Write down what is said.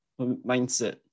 mindset